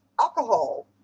alcohol